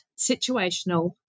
situational